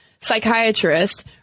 psychiatrist